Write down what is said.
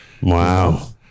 Wow